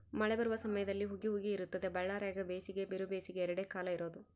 ಮಳೆ ಬರುವ ಸಮಯದಲ್ಲಿ ಹುಗಿ ಹುಗಿ ಇರುತ್ತದೆ ಬಳ್ಳಾರ್ಯಾಗ ಬೇಸಿಗೆ ಬಿರುಬೇಸಿಗೆ ಎರಡೇ ಕಾಲ ಇರೋದು